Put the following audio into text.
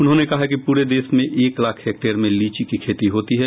उन्होंने कहा कि पूरे देश में एक लाख हेक्टेयर में लीची की खेती होती है